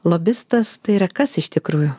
lobistas tai yra kas iš tikrųjų